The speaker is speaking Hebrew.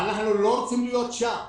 ואנחנו לא רוצים להיות שם.